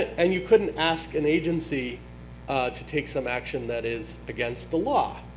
and you couldn't ask an agency to take some action that is against the law,